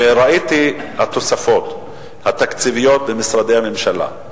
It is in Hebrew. וראיתי את התוספות התקציביות במשרדי הממשלה,